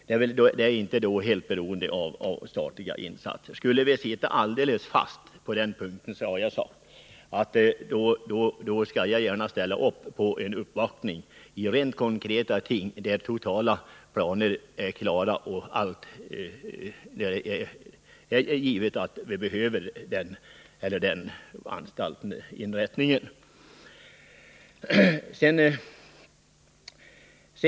Det är inte helt beroende av statliga insatser. Skulle vi sitta alldeles fast, så har jag sagt att jag gärna skall ställa upp på en uppvaktning när det gäller konkreta ting, där de totala planerna är klara och det är givet att vi behöver den eller den anstalten eller inrättningen.